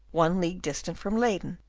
one league distant from leyden,